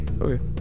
Okay